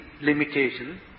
limitation